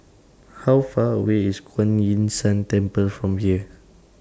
How Far away IS Kuan Yin San Temple from here